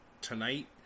tonight